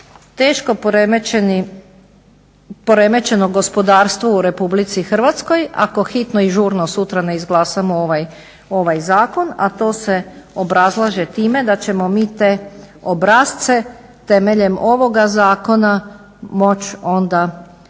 teško poremećeno gospodarstvo u Republici Hrvatskoj ako hitno i žurno sutra ne izglasamo ovaj zakon, a to se obrazlaže time da ćemo mi te obrasce temeljem ovoga zakona moći onda